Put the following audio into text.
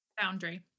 boundary